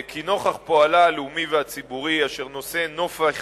כי נוכח פועלה הלאומי והציבורי, אשר נושא נופך